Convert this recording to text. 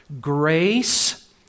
grace